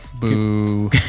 Boo